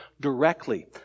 directly